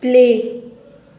play